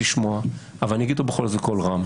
לשמוע אבל אני בכל זאת אומר אותו בקול רם.